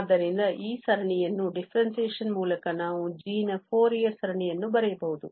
ಆದ್ದರಿಂದ ಈ ಸರಣಿಯನ್ನು differentiation ಮೂಲಕ ನಾವು g ನ ಫೋರಿಯರ್ ಸರಣಿಯನ್ನು ಬರೆಯಬಹುದು